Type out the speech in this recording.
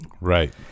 Right